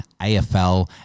AFL